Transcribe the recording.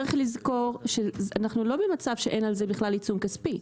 צריך לזכור שאנחנו לא במצב שאין על זה בכלל עיצום כספי.